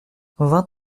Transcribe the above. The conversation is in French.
vingt